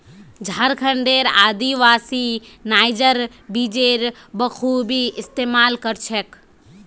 झारखंडेर आदिवासी नाइजर बीजेर बखूबी इस्तमाल कर छेक